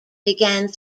began